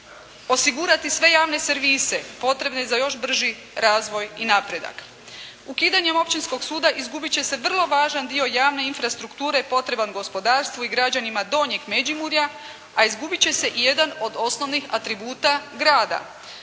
osigurati sve javne servise potrebne za još brži razvoj i napredak. Ukidanjem općinskog suda izgubiti će se vrlo važan dio javne infrastrukture potreban gospodarstvu i građanima donjeg Međimurja, a izgubiti će se jedan od osnovnih atributa grada.